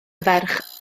ferch